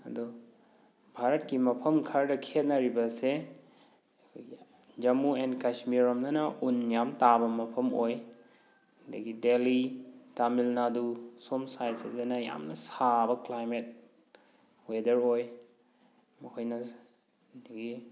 ꯑꯗꯣ ꯚꯥꯔꯠꯀꯤ ꯃꯐꯝ ꯈꯔꯗ ꯈꯦꯠꯅꯔꯤꯕ ꯑꯁꯦ ꯑꯩꯈꯣꯏꯒꯤ ꯖꯃꯨ ꯑꯦꯟ ꯀꯥꯁꯃꯤꯔ ꯔꯣꯝꯗꯅ ꯎꯟ ꯌꯥꯝ ꯇꯥꯕ ꯃꯐꯝ ꯑꯣꯏ ꯑꯗꯒꯤ ꯗꯦꯜꯂꯤ ꯇꯥꯃꯤꯜ ꯅꯥꯗꯨ ꯁꯣꯝ ꯁꯥꯏ꯭ꯗꯁꯤꯗꯅ ꯌꯥꯝꯅ ꯁꯥꯕ ꯀ꯭ꯂꯥꯏꯃꯦꯠ ꯋꯦꯗꯔ ꯑꯣꯏ ꯃꯈꯣꯏꯅ ꯑꯗꯒꯤ